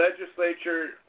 Legislature